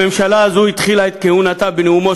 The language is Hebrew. הממשלה הזאת התחילה את כהונתה בנאומו